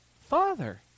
Father